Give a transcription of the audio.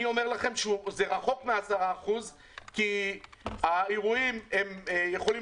אני אומר לכם שזה רחוק מ-10% כי האירועים יכולים